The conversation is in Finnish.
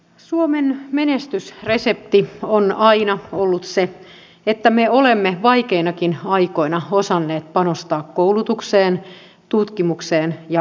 suomen menestysresepti on aina ollut se että me olemme vaikeinakin aikoina osanneet panostaa koulutukseen tutkimukseen ja osaamiseen